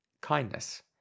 kindness